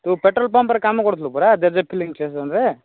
ତୁ ପେଟ୍ରୋଲ୍ ପମ୍ପରେ କାମ କରୁଥିଲୁ ପରା ଯେଯେ ଫିଲିଙ୍ଗ ଷ୍ଟେସନରେ